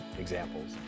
examples